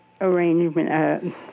arrangement